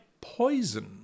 poison